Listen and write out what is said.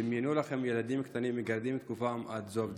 דמיינו לכם ילדים קטנים מגרדים את גופם עד זוב דם.